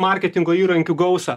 marketingo įrankių gausą